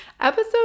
Episode